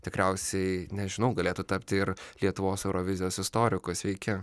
tikriausiai nežinau galėtų tapti ir lietuvos eurovizijos istoriku sveiki